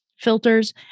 filters